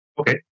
Okay